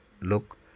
look